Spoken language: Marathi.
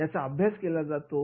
त्याचा अभ्यास कसा केला जातो